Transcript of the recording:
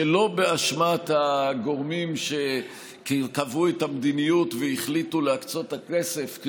שלא באשמת הגורמים שקבעו את המדיניות והחליטו להקצות את הכסף,